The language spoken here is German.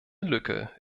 lücke